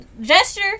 gesture